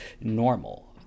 normal